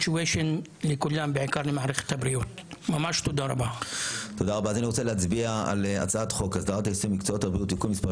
על סדר היום הצעת חוק הסדרת העיסוק במקצועות הביאות (תיקון מס'